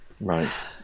Right